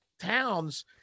towns